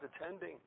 attending